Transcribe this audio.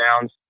downs